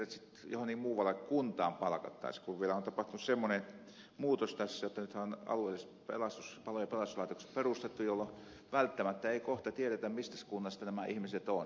tässä on vielä tapahtunut semmoinen muutos että nythän on alueelliset palo ja pelastuslaitokset perustettu jolloin välttämättä ei kohta tiedetä mistä kunnasta nämä ihmiset ovat